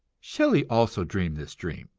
shelley also dreamed this dream,